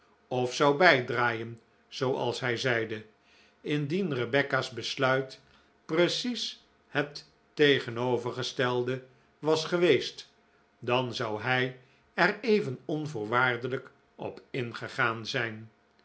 of zou bijdraaien zooals hij zeide indien rebecca's besluit precies het tegenovergestelde was geweest dan zou hij er even onvoorwaardelijk op ingegaan zijn